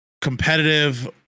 competitive